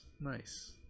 Nice